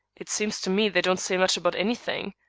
it seems to me they don't say much about any thing.